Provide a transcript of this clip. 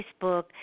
Facebook